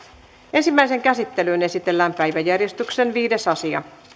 ensimmäiseen käsittelyyn esitellään päiväjärjestyksen viides asia